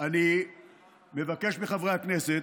אני מבקש מחברי כנסת